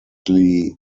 known